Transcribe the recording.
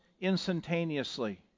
instantaneously